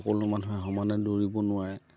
সকলো মানুহে সমানে দৌৰিব নোৱাৰে